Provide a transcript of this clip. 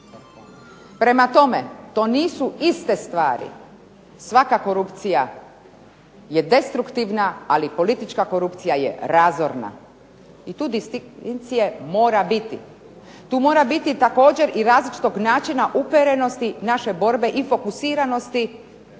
Prema tome, to nisu iste stvari, svaka korupcija je destruktivna, ali politička korupcija je razorna, i tu distinkcije mora biti. Tu mora biti također i različitog načina uperenosti naše borbe i fokusiranosti